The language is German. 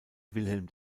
wilhelm